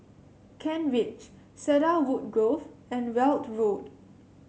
Kent Ridge Cedarwood Grove and Weld Road